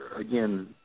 again